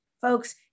Folks